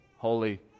Holy